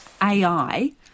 AI